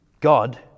God